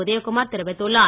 உதயகுமார் தெரிவித்துள்ளார்